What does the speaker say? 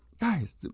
guys